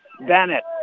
Bennett